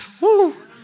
Woo